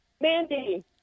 Mandy